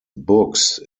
books